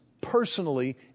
personally